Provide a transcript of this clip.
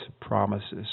promises